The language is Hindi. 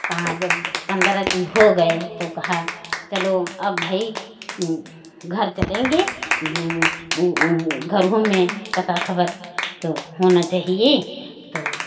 कहा जब पन्द्रह दिन हो गए तो कहा चलो अब भई घर चलेंगे घरों में पता खबर तो होना चहिए तो